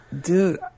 Dude